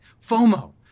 FOMO